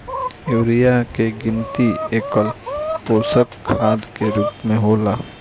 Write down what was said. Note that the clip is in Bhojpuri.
यूरिया के गिनती एकल पोषक खाद के रूप में होला